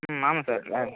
ம் ஆமாம் சார் நாப்